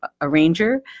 arranger